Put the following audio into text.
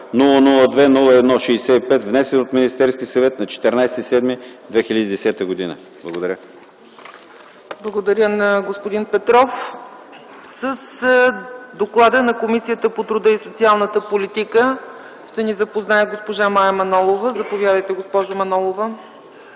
002-01-65, внесен от Министерския съвет на 14 юли 2010 г.” Благодаря. ПРЕДСЕДАТЕЛ ЦЕЦКА ЦАЧЕВА: Благодаря на господин Петров. С доклада на Комисията по труда и социалната политика ще ни запознае госпожа Мая Манолова. Заповядайте, госпожо Манолова.